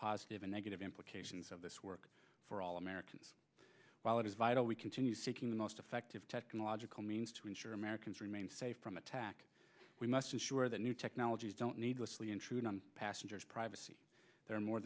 positive and negative implications of this work for all americans while it is vital we continue seeking the most effective technological means to ensure americans remain safe from attack we must ensure that new technologies don't needlessly intrude on passengers privacy there are more